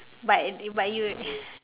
but uh but you